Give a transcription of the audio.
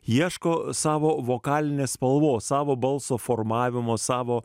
ieško savo vokalinės spalvos savo balso formavimo savo